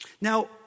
Now